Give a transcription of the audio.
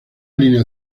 línea